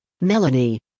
Melanie